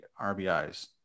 RBIs